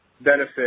benefit